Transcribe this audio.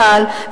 צה"ל,